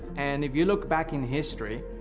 and if you look back in history,